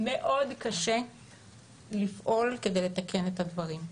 מאוד קשה לפעול כדי לתקן את הדברים.